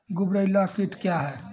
गुबरैला कीट क्या हैं?